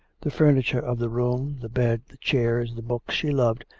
the furniture of the room, the bed, the chairs, the books she loved,